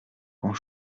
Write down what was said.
grand